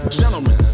gentlemen